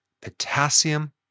potassium